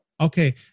Okay